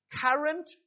current